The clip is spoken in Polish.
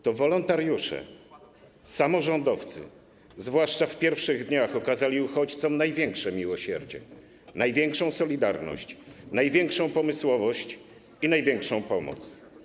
To wolontariusze, samorządowcy zwłaszcza w pierwszych dniach okazali uchodźcom największe miłosierdzie, największą solidarność, największą pomysłowość i największą pomoc.